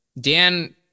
Dan